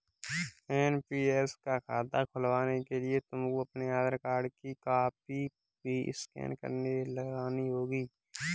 NPS का खाता खुलवाने के लिए तुमको अपने आधार कार्ड की कॉपी भी स्कैन करके लगानी होगी